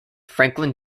franklin